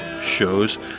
shows